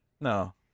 no